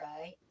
right